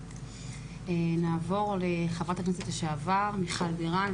נעבור לחברת הכנסת לשעבר, מיכל בירן.